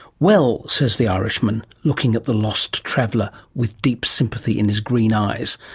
well, says the irishman, looking at the lost traveller with deep sympathy in his green eyes,